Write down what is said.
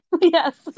Yes